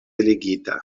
ligita